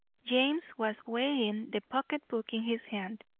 james was weighing the pocket-book in his hand.